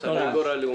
חצי מהם זה ביקורת.